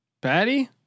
Patty